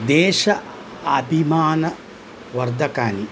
देश अभिमानवर्धकानि